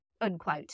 Unquote